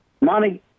Money –